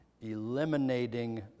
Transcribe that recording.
eliminating